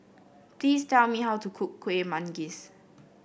please tell me how to cook Kuih Manggis